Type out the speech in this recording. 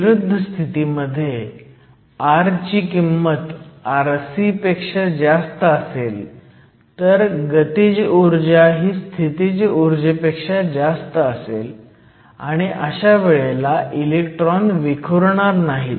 विरुद्ध स्थितीत r ची किंमत rc पेक्षा जास्त असेल तर गतीज ऊर्जा ही स्थितीज उर्जेपेक्षा जास्त असेल आणि अशा वेळेला इलेक्ट्रॉन विखुरणार नाहीत